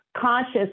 conscious